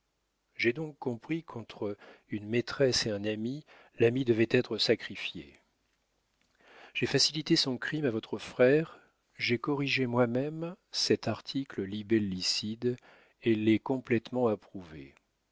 j'ai donc compris qu'entre une maîtresse et un ami l'ami devait être sacrifié j'ai facilité son crime à votre frère j'ai corrigé moi-même cet article libellicide et l'ai complétement approuvé